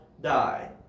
die